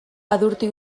adurti